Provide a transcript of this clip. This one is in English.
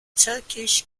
turkish